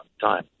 time